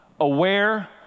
Aware